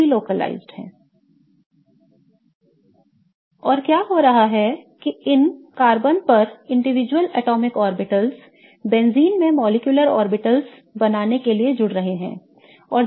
और वास्तव में क्या हो रहा है कि इन कार्बन पर व्यक्तिगत परमाणु कक्षा बेंजीन में आणविक कक्षा बनाने के लिए जुड़ रहे हैं